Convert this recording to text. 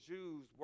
Jews